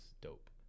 dope